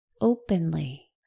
openly